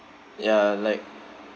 ya like